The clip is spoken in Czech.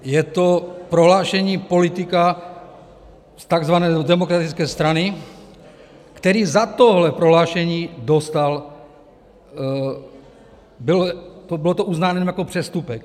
Je to prohlášení politika z takzvané Demokratické strany, který za tohle prohlášení dostal bylo to uznáno jenom jako přestupek.